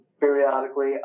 periodically